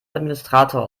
administrator